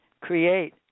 create